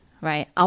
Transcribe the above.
right